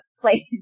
place